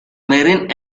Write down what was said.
marine